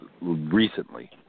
recently